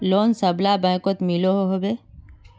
Loan सबला बैंकोत मिलोहो होबे?